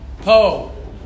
Po